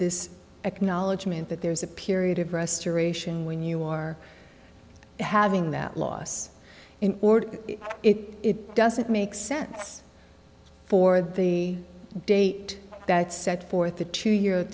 this acknowledgement that there is a period of restoration when you are having that loss in order it doesn't make sense for the date that set forth the two year